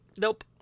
Nope